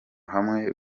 hamwe